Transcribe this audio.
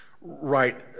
Right